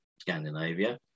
Scandinavia